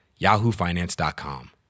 yahoofinance.com